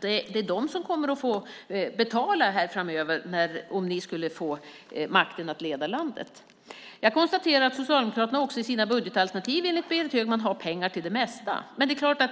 Det är de som kommer att få betala framöver om ni skulle få makten att leda landet. Jag konstaterar att Socialdemokraterna i sina budgetalternativ enligt Berit Högman har pengar till det mesta. Men det är klart att